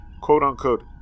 quote-unquote